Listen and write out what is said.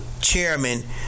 chairman